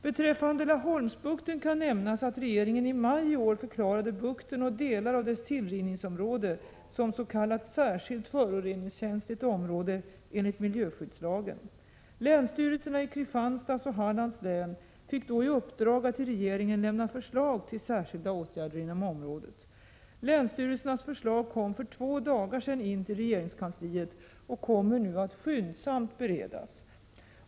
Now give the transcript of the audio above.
Beträffande Laholmsbukten kan nämnas att regeringen i maj i år förklarade bukten och delar av dess tillrinningsområde som s.k. särskilt föroreningskänsligt område enligt miljöskyddslagen. Länsstyrelserna i Kristianstads och Hallands län fick då i uppdrag att till regeringen lämna förslag till särskilda åtgärder inom området. Länsstyrelsernas förslag kom för två dagar sedan in till regeringskansliet och kommer nu att skyndsamt beredas.